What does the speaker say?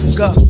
go